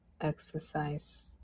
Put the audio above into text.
exercise